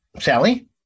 Sally